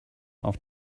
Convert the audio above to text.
auf